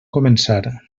començar